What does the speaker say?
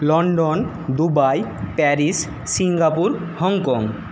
London Dubai Paris Singapore Hong Kong